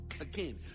Again